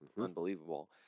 unbelievable